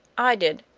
i did.